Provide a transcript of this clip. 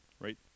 right